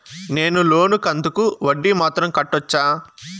నేను లోను కంతుకు వడ్డీ మాత్రం కట్టొచ్చా?